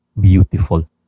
beautiful